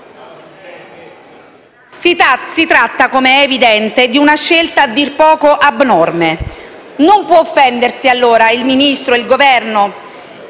Si tratta, come è evidente, di una scelta a dir poco abnorme. Non può offendersi allora il Governo